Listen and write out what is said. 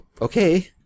okay